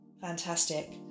Fantastic